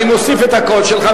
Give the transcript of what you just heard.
אני מוסיף את הקול שלך,